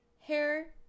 hair